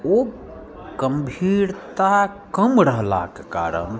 ओ गम्भीरता कम रहलाके कारण